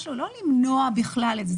מטרתו לא למנוע בכלל את זה,